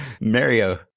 Mario